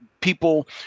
people